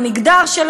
מגדר,